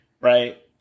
right